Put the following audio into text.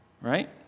Right